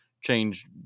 change